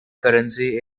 currency